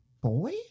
boy